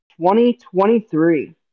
2023